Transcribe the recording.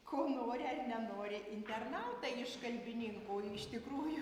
ko nori ar nenori internautai iš kalbininko iš tikrųjų